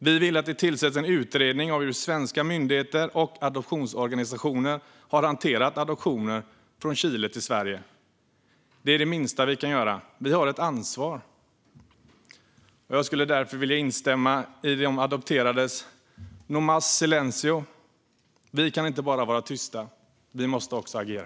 Vi vill att det ska tillsättas en utredning av hur svenska myndigheter och adoptionsorganisationer hanterat adoptioner från Chile till Sverige. Det är det minsta vi kan göra. Vi har ett ansvar. Jag vill därför instämma i de adopterades: No más silencio! Vi kan inte bara vara tysta. Vi måste också agera.